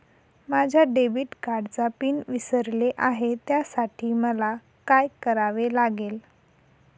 माझ्या डेबिट कार्डचा पिन विसरले आहे त्यासाठी मला काय करावे लागेल?